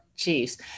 chiefs